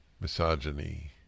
misogyny